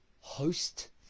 host